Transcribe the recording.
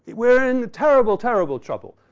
we're in terrible, terrible trouble.